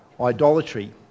idolatry